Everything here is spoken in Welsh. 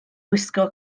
wisgo